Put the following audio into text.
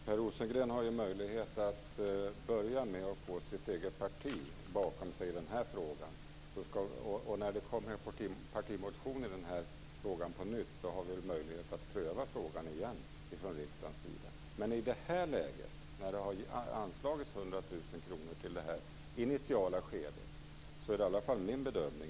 Herr talman! Per Rosengren kan ju börja med att få sitt parti bakom sig i den här frågan. När det kommer en partimotion i den här frågan har riksdagen möjlighet att pröva frågan igen. Men i det här läget borde man nöja sig med att 100 000 kr har anslagits till det initiala skedet. Det är i alla fall min bedömning.